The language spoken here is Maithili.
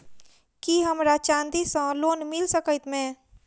की हमरा चांदी सअ लोन मिल सकैत मे?